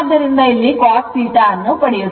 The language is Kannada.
ಆದ್ದರಿಂದ ಇಲ್ಲಿಂದcos theta ಇದನ್ನು ಪಡೆಯುತ್ತೇವೆ